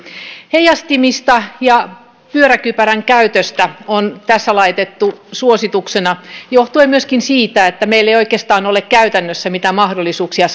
heijastimista ja pyöräilykypärän käytöstä on tässä laitettu suositus johtuen myöskin siitä että meillä ei oikeastaan ole käytännössä mitään mahdollisuuksia